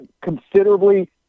considerably